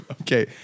Okay